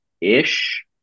ish